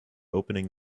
opening